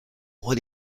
what